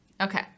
okay